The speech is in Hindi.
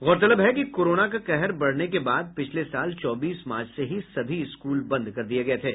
गौरतलब है कि कोरोना का कहर बढ़ने के बाद पिछले साल चौबीस मार्च से ही सभी स्कूल बंद कर दिये गये थे